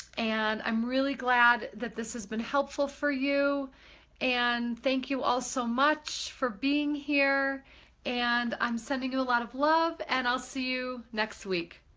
and i'm really glad that this has been helpful for you and thank you all so much for being here and i'm sending you a lot of love and i'll see you next week.